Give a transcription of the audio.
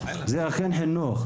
זה אכן חינוך.